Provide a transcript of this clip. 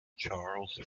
charles